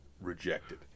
rejected